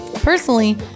Personally